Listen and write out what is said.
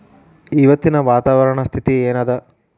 ಇವತ್ತಿನ ವಾತಾವರಣ ಸ್ಥಿತಿ ಏನ್ ಅದ?